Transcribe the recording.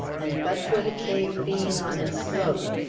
and but for the cave being on a slope,